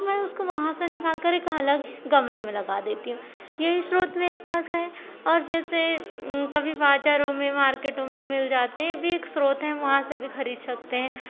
तो मैं उसको वहाँ से निकाल कर एक अलग गमले मे लगा देती हूँ यही स्रोत मेरे पास है और जैसे कभी बाजारों में मार्केटों मे मिल जाते हैं वे एक स्रोत है हम वहाँ से भी खरीद सकते है